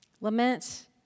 Lament